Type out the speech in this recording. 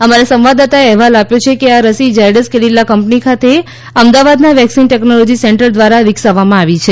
અમારા સંવાદદાતાએ અહેવાલ આપ્યો છે કે આ રસી ઝાયડસ કેડિલા કંપની ખાતે અમદાવાદના વેક્સીન ટેકનોલોજી સેન્ટર દ્વારા વિકસાવવામાં આવી છે